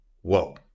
whoa